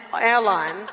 airline